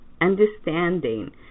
understanding